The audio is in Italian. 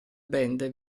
band